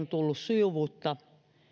tullut sujuvuutta